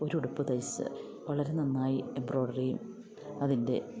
ഒരു ഉടുപ്പ് തയ്ച്ച് വളരെ നന്നായി എംബ്രോയിഡറിയും അതിൻ്റെ